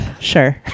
Sure